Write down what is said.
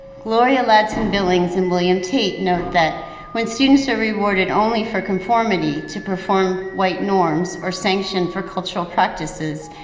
gloria ladson-billings and william tate note that when students are rewarded only for conformity to perform white norms or sanction for cultural practices,